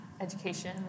education